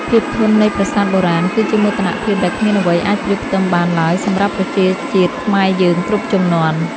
ភាពធន់នៃប្រាសាទបុរាណគឺជាមោទនភាពដែលគ្មានអ្វីអាចប្រៀបផ្ទឹមបានឡើយសម្រាប់ប្រជាជាតិខ្មែរយើងគ្រប់ជំនាន់។